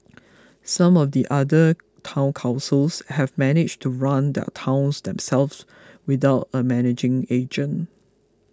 some of the other Town Councils have managed to run their towns themselves without a managing agent